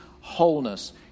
wholeness